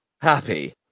Happy